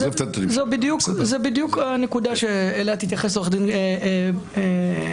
זאת בדיוק הנקודה שאליה תתייחס עורכת הדין גולברי.